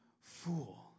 fool